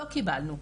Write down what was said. לא קיבלנו,